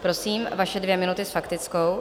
Prosím, vaše dvě minuty s faktickou.